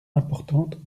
importantes